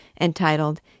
entitled